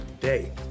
day